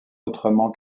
autrement